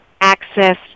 access